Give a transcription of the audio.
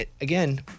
Again